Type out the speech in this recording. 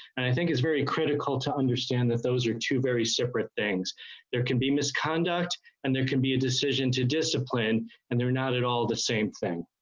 and i think is very critical to understand that those are two very simple things there can be misconduct and there can be a decision to discipline and they're not at all the same